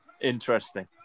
interesting